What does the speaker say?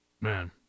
Man